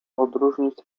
odróżnić